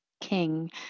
king